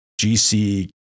GC